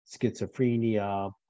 schizophrenia